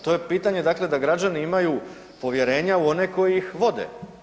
To je pitanje, dakle da građani imaju povjerenja u one koji ih vode.